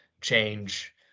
change